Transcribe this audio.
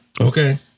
Okay